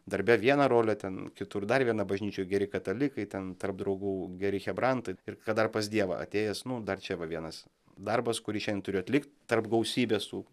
darbe viena rolė ten kitur dar viena bažnyčioj geri katalikai ten tarp draugų geri chebrantai ir kad dar pas dievą atėjęs nu dar čia va vienas darbas kurį šiandien turiu atlikt tarp gausybės tų